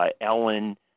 Ellen